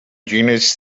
genus